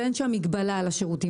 אין שם מגבלה על השירותים.